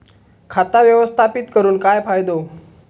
खाता व्यवस्थापित करून काय फायदो?